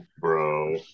bro